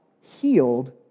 healed